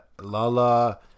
Lala